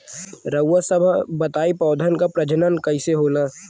रउआ सभ बताई पौधन क प्रजनन कईसे होला?